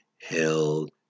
held